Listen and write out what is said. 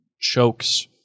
chokes